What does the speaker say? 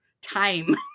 time